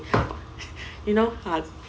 you know ah